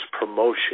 promotion